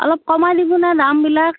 অলপ কমাই দিবনে দামবিলাক